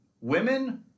women